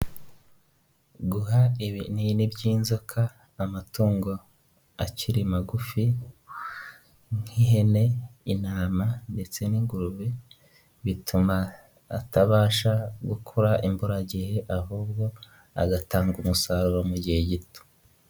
Guha ibinini by'inzoka amatungo akiri magufi nk'ihene, intama ndetse n'ingurube bituma atabasha gukura imburagihe ahubwo agatanga umusaruro mu gihe gito.